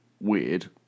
weird